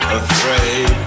afraid